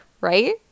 Right